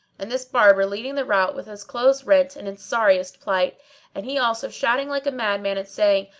and this barber leading the rout with his clothes rent and in sorriest plight and he also shouting like a madman and saying,